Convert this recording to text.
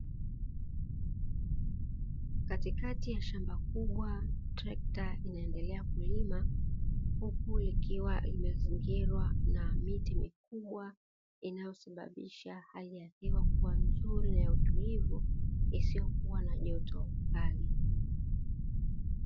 Katikati ya shamba kubwa trekta linaendelea kulima huku likiwa limezingirwa na miti mikubwa, inayosababisha hali ya hewa kuwa nzuri na ya utulivu isiyokua na joto kali.